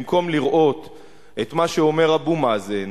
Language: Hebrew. במקום לראות את מה שאומר אבו מאזן,